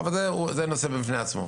ועדת החינוך